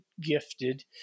gifted